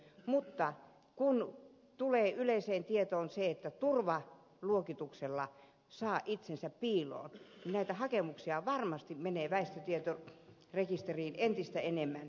mutta kun tulee yleiseen tietoon se että turvaluokituksella saa itsensä piiloon niin näitä hakemuksia varmasti menee väestötietorekisteriin entistä enemmän